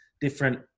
different